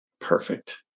Perfect